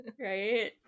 right